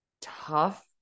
tough